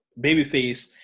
Babyface